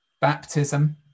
baptism